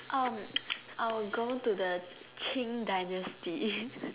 um I'll go to the Qin dynasty